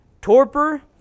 torpor